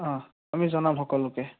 অঁহ্ আমি জনাম সকলোকে